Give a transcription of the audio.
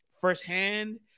firsthand